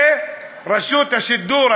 שרשות השידור,